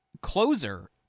closer